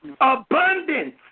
Abundance